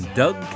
Doug